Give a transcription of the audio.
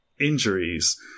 injuries